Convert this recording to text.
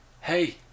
hey